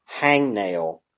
hangnail